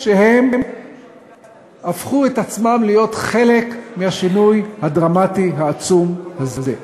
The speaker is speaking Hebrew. שהם הפכו את עצמם להיות חלק מהשינוי הדרמטי העצום הזה.